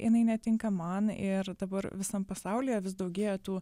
jinai netinka man ir dabar visam pasaulyje vis daugėja tų